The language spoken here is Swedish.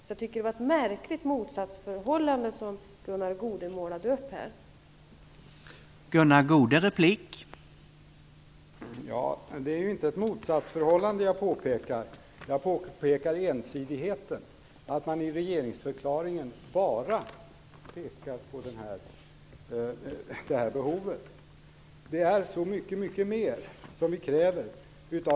Jag tycker att det motsatsförhållande som Gunnar Goude målade upp här var märkligt.